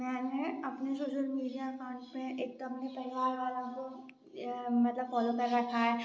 मैंने अपने जो सोशल मीडिया एकाउंड में एकदम है परिवार वाला ग्रुप मतलब फॉलो कर रखा है